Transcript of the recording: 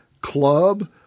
Club